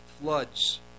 floods